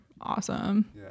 awesome